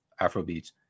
Afrobeats